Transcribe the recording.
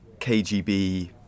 KGB